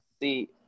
See